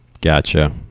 Gotcha